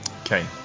Okay